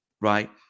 right